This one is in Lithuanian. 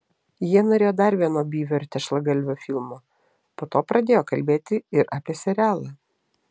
jie norėjo dar vieno byvio ir tešlagalvio filmo po to pradėjo kalbėti ir apie serialą